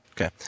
Okay